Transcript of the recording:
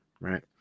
right